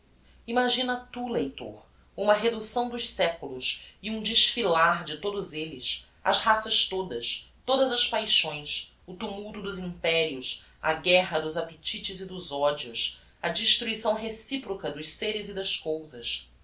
imagina tu leitor uma reducção dos seculos e um desfilar de todos elles as raças todas todas as paixões o tumulto dos imperios a guerra dos appetites e dos odios a destruição reciproca dos seres e das cousas